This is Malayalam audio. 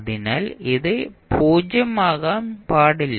അതിനാൽ ഇത് 0 ആകാൻ പാടില്ല